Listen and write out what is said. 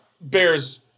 Bears